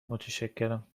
متشکرم